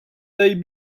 they